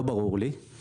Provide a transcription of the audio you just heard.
לא ברור לי.